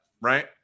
Right